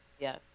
Yes